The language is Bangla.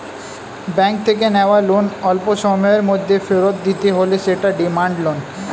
ব্যাঙ্ক থেকে নেওয়া লোন অল্পসময়ের মধ্যে ফেরত দিতে হলে সেটা ডিমান্ড লোন